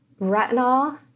retinol